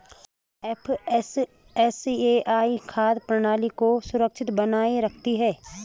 FSSAI खाद्य प्रणाली को सुरक्षित बनाए रखती है